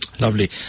Lovely